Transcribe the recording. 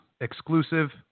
exclusive